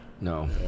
No